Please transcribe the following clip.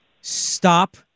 Stop